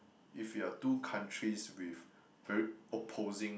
if you're two countries with very opposing